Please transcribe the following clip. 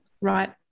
right